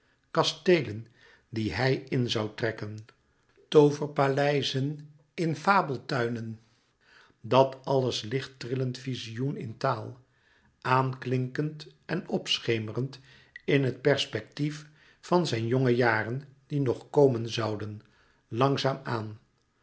kasteelen die hij in zoû trekken tooverpaleizen in fabeltuinen dat alles lichttrillend vizioen in taal aanklinkend en opschemerend in het perspectief van zijne jonge jaren die nog komen zouden langzaam aan